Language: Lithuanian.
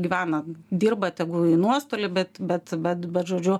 gyvena dirba tegul į nuostolį bet bet bet bet žodžiu